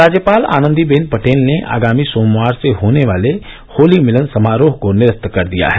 राज्यपाल आनंदीबेन पटेल ने आगामी सोमवार को होने वाले होली मिलन समारोह को निरस्त कर दिया है